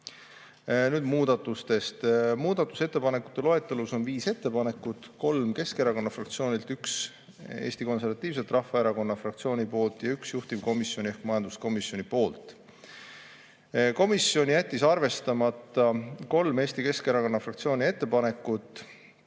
on. Nüüd muudatus[ettepanekutest]. Muudatusettepanekute loetelus on viis ettepanekut: kolm Eesti Keskerakonna fraktsioonilt, üks Eesti Konservatiivse Rahvaerakonna fraktsioonilt ja üks juhtivkomisjonilt ehk majanduskomisjonilt. Komisjon jättis arvestamata kolm Eesti Keskerakonna fraktsiooni ettepanekut